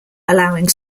allowing